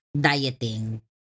dieting